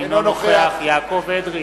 אינו נוכח יעקב אדרי,